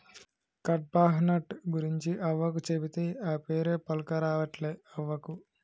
కడ్పాహ్నట్ గురించి అవ్వకు చెబితే, ఆ పేరే పల్కరావట్లే అవ్వకు